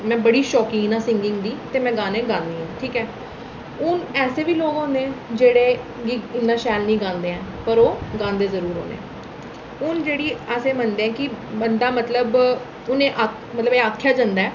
में बड़ी शकीन आं सींगिंग दी ते में गाने गान्नी आं ठीक ऐ हून ऐसे बी लोक होंदे न जेह्ड़े कि इन्ना शैल निं गांदे हैन पर ओह् गांदे जरूर होने हून जेह्ड़ी असें बंदे कि बंदा दा मतलब उ'नें मतलब कि आखेआ जंदा ऐ